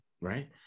right